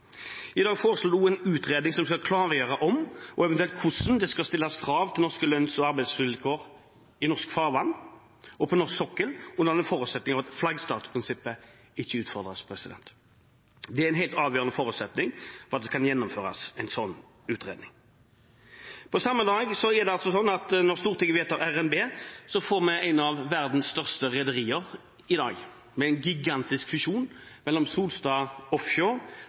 i 1993. I dag foreslår vi også en utredning som skal klargjøre om – og eventuelt hvordan – det skal stilles krav til norske lønns- og arbeidsvilkår i norske farvann og på norsk sokkel, under forutsetning av at flaggstatsprinsippet ikke utfordres. Det er en helt avgjørende forutsetning for at det kan gjennomføres en slik utredning. Det er altså sånn at på samme dag som Stortinget vedtar RNB, så får vi i dag et av verdens største rederier, med en gigantisk fusjon mellom Solstad Offshore,